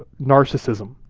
ah narcissism.